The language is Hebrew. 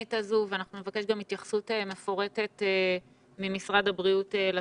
התוכנית הזו ונבקש גם התייחסות מפורטת ממשרד הבריאות לתוכנית.